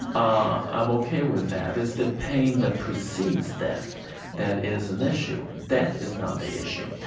um i'm ok with that. it's the pain that precedes death that is an issue. death is not the issue